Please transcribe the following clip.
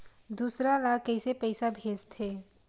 दूसरा ला कइसे पईसा भेजथे?